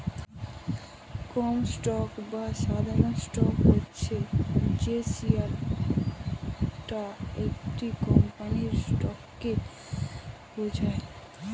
common stock বা সাধারণ stock হচ্ছে যে শেয়ারটা একটা কোম্পানির স্টককে বোঝায়